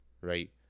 Right